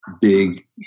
big